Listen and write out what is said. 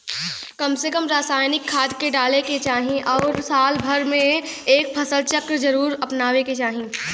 कम से कम रासायनिक खाद के डाले के चाही आउर साल भर में एक फसल चक्र जरुर अपनावे के चाही